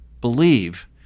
believe